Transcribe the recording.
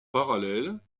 parallèle